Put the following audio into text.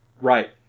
Right